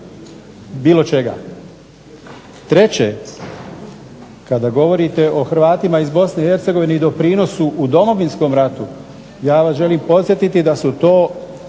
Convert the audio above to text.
bilo čega. Treće, kada govorite o Hrvatima iz Bosne i Hercegovine i doprinosu u domovinskom ratu, ja vas želim podsjetiti da su to